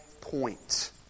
point